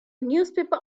newspaper